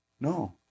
No